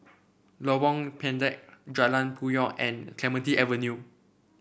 Lorong Pendek Jalan Puyoh and Clementi Avenue